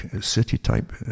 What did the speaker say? city-type